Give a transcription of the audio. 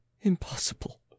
impossible